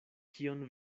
kion